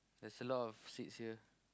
there's a lot of seats here